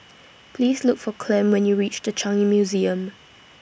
Please Look For Clem when YOU REACH The Changi Museum